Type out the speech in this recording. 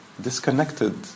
disconnected